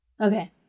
Okay